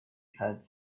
had